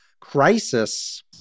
crisis